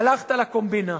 הלכת לקומבינה.